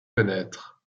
connaître